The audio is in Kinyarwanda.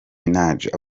minaj